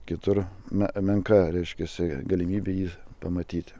kitur menka reiškiasi galimybė jį pamatyti